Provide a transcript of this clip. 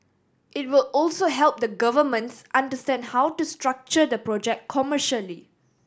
it will also help the governments understand how to structure the project commercially